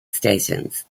stations